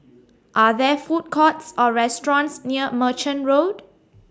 Are There Food Courts Or restaurants near Merchant Road